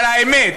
אבל האמת,